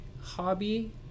hobby